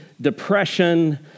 depression